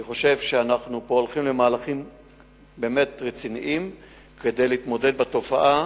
אני חושב שאנחנו הולכים למהלכים רציניים כדי להתמודד עם התופעה.